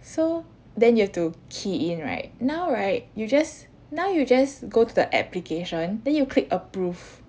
so then you have to key in right now right you just now you just go to the application then you click approve